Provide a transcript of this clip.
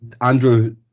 andrew